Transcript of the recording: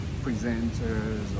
presenters